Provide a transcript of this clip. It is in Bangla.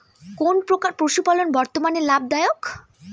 কোন প্রকার পশুপালন বর্তমান লাভ দায়ক?